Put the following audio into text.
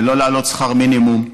ולא להעלות שכר מינימום.